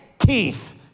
Keith